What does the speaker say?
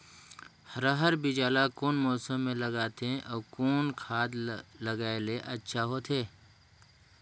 रहर बीजा ला कौन मौसम मे लगाथे अउ कौन खाद लगायेले अच्छा होथे?